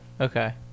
okay